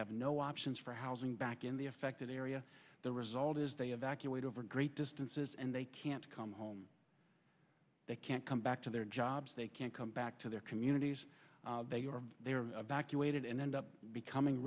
have no options for housing back in the affected area the result is they evacuated over great distances and they can't come home they can't come back to their jobs they can't come back to their communities they were evacuated and end up becoming